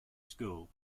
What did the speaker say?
school